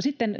sitten